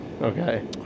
Okay